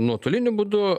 nuotoliniu būdu